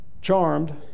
Charmed